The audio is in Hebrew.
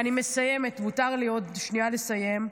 אני מסיימת, מותר לי עוד שנייה כדי לסיים.